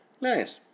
Nice